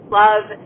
love